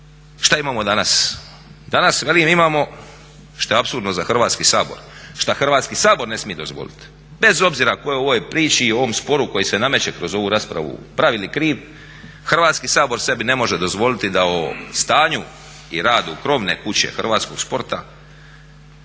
Šta imamo danas, danas velim imamo šta je apsurdno za Hrvatski sabor, šta Hrvatski sabor ne smije dozvoliti bez obzira ko je u ovoj priči i u ovom sporu koji se nameće kroz ovu raspravu prav ili kriv Hrvatski sabor sebi ne može dozvoliti da o stanju i radu krovne kuće hrvatskog sporta